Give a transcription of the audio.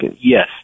Yes